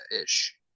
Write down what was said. ish